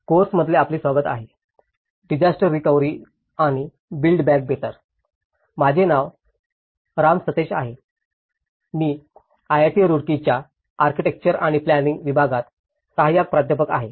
course मध्ये आपले स्वागत आहे डिसायस्टर रिकव्हरी आणि बिल्ड बॅक बेटर माझे नाव राम सतेश आहे मी आयआयटी रुड़कीच्या आर्किटेक्चर अँड प्लानिंग विभागात सहाय्यक प्राध्यापक आहे